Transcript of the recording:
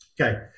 Okay